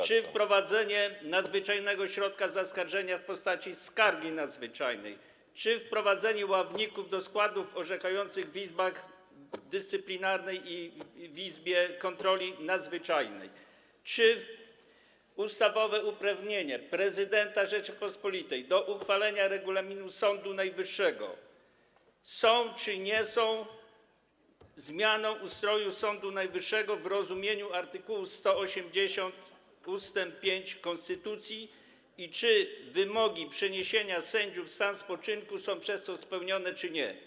z nowymi kompetencjami, wprowadzenie nadzwyczajnego środka zaskarżenia w postaci skargi nadzwyczajnej, wprowadzenie ławników do składów orzekających w Izbie Dyscyplinarnej i w izbie kontroli nadzwyczajnej, ustawowe uprawnienie prezydenta Rzeczypospolitej do uchwalenia regulaminu Sądu Najwyższego są, czy nie są zmianą ustroju Sądu Najwyższego w rozumieniu art. 180 ust. 5 konstytucji i czy wymogi przeniesienia sędziów w stan spoczynku są w związku z tym spełnione, czy nie?